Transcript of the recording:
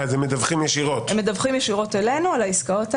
אז הם מדווחים ישירות אלינו על העסקאות האלה.